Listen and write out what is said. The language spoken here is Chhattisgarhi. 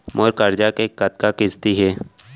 मोर करजा के कतका किस्ती हे?